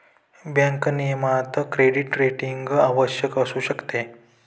bank नियमनात credit rating आवश्यक असू शकते